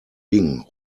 ding